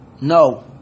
no